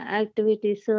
activities